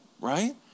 right